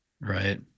right